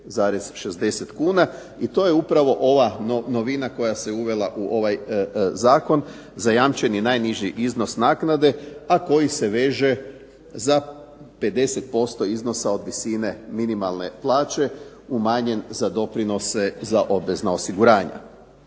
i to je upravo ova novina koja se uvela u ovaj zakon, zajamčeni najniži iznos naknade a koji se veže za 50% iznosa od visine minimalne plaće umanjen za doprinose za obvezna osiguranja.